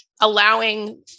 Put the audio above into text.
allowing